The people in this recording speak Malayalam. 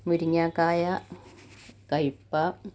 മുരിങ്ങക്കായ് കയ്പ്പ